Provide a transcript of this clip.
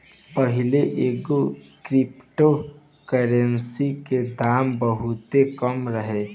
पाहिले एगो crypto currency के दाम बहुते कम रहे